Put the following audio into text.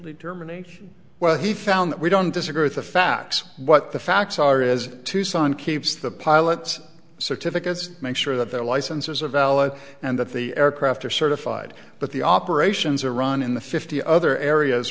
determining where he found that we don't disagree with the facts what the facts are is tucson keeps the pilot's certificates make sure that their licenses are valid and that the aircraft are certified but the operations are run in the fifty other areas